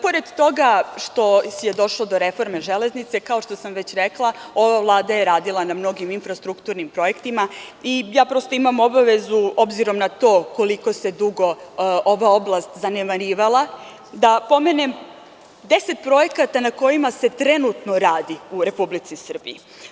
Pored toga što je došlo do reforme železnice, kao što sam već rekla, ova Vlada je radila na mnogim infrastrukturnim projektima i prosto imam obavezu, obzirom na to koliko se dugo ova oblast zanemarivala, da pomenem deset projekata na kojima se trenutno radi u Republike Srbije.